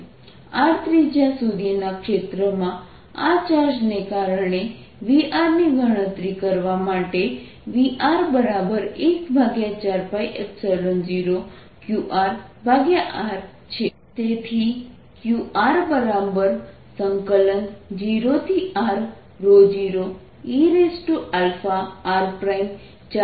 r ત્રિજ્યા સુધીના ક્ષેત્રમાં આ ચાર્જને કારણે v ની ગણતરી કરવા માટે Vr14π0qr છે